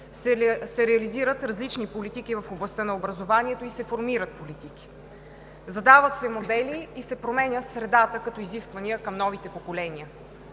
се реализират различни политики в областта на образованието, формират се политики, задават се модели и се променя средата като изисквания към новите поколения.